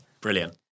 Brilliant